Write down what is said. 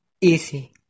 easy